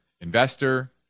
investor